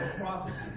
prophecy